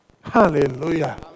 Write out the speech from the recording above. Hallelujah